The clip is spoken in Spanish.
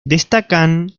destacan